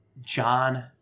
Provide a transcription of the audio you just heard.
John